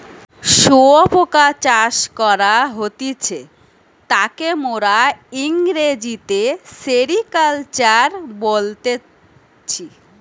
শুয়োপোকা চাষ করা হতিছে তাকে মোরা ইংরেজিতে সেরিকালচার বলতেছি